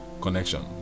connection